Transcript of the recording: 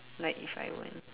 like if I weren't